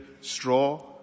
straw